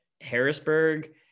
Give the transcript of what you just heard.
Harrisburg